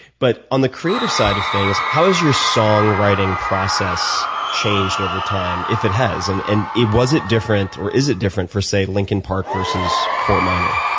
but on the creative side of things, how is your song writing process changed over time, if it has, and and was it different or is it different for, say, linkin park versus fort minor?